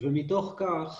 ומתוך כך